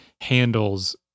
handles